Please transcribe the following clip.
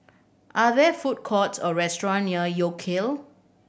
are there food courts or restaurant near York Kill